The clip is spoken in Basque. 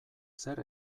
zer